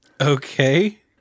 Okay